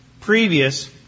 previous